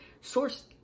Source